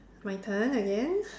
my turn again